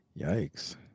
Yikes